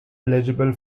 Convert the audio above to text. eligible